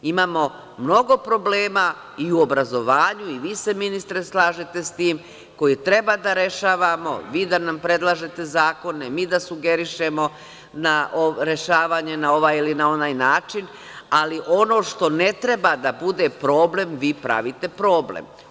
Imamo mnogo problema i u obrazovanju, i vi se ministre slažete sa tim, koje treba da rešavamo, vi da nam predlažete zakone, mi da sugerišemo rešavanje na ovaj ili onaj način, ali ono što ne treba da bude problem, vi pravite problem.